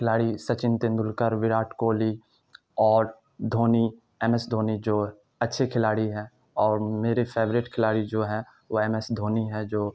کھلاڑی سچن تیندولکر وراٹ کوہلی اور Dhoni M S Dhoni جو اچھے کھلاڑی ہیں اور میرے فیوریٹ کھلاڑی جو ہیں وہ ایم ا یس دھونی ہیں جو